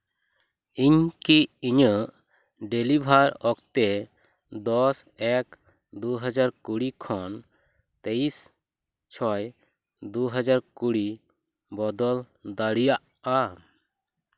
ᱤᱧ ᱠᱤ ᱤᱧᱟᱹᱜ ᱰᱮᱞᱤᱵᱷᱟᱨ ᱚᱠᱛᱮ ᱫᱚᱥ ᱮᱠ ᱫᱩ ᱦᱟᱡᱟᱨ ᱠᱩᱲᱤ ᱠᱷᱚᱱ ᱛᱮᱭᱤᱥ ᱪᱷᱚᱭ ᱫᱩ ᱦᱟᱡᱟᱨ ᱠᱩᱲᱤ ᱵᱚᱫᱚᱞ ᱫᱟᱲᱮᱭᱟᱜᱼᱟ